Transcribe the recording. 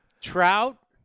Trout